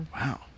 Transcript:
Wow